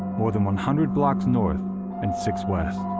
more than one hundred blocks north and six west.